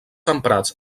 emprats